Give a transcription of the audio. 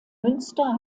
münster